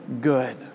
good